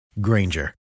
Granger